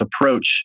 approach